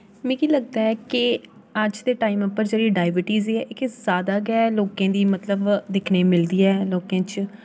मिगी लगदा ऐ के अज्ज दे टाइम उप्पर जेह्की डाइबिटीज ऐ एह् किश जादा गै लोकें ई मतलब दिक्खने ई मिलदी ऐ लोकें च